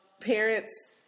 parents